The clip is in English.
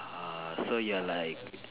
uh so you're like